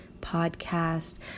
podcast